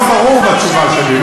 מה לא ברור בתשובה שלי?